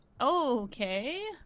Okay